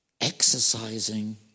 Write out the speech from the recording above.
exercising